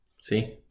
See